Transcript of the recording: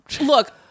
look